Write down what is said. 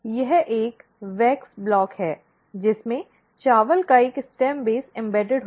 यह एक मोम ब्लॉक है जिसमें चावल का एक स्टेम बेस एम्बेडेड होता है